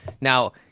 Now